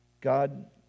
God